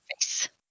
face